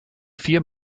vier